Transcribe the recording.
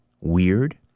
weird